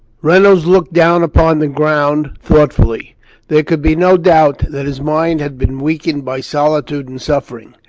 reynolds looked down upon the ground thought fully. there could be no doubt that his mind had been weakened by solitude and suffering,